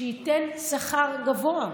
שייתן שכר גבוה.